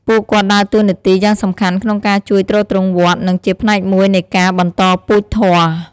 ពួកគាត់ដើរតួនាទីយ៉ាងសំខាន់ក្នុងការជួយទ្រទ្រង់វត្ត និងជាផ្នែកមួយនៃការបន្តពូជធម៌។